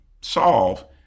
solve